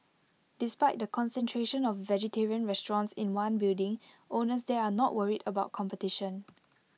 despite the concentration of vegetarian restaurants in one building owners there are not worried about competition